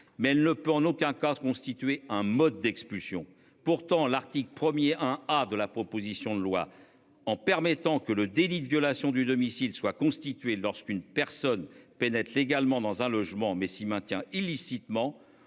Mais elle ne peut en aucun cas, constituer un mode d'expulsion. Pourtant, l'article premier hein. Ah de la proposition de loi en permettant que le délit de violation du domicile soit constituée. Lorsqu'une personne pénètre légalement dans un logement mais il maintient illicitement